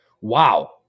Wow